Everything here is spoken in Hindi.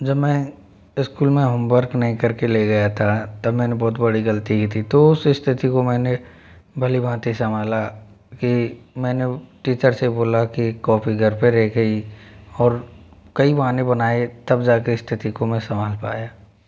जब मैं स्कूल में होमवर्क नहीं कर के ले गया था तब मैंने बहुत बड़ी गलती की थी तो उस स्थिति को मैंने भली भाँति संभाला की मैंने टीचर से बोला की कॉपी घर पर रह गई और कई बहाने बनाए तब जाकर स्थिति को मैं संभाल पाया